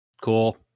Cool